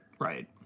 Right